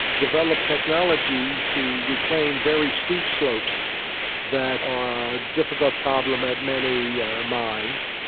developed technology to reclaim very steep slopes that are a difficult problem at many mines,